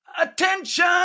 Attention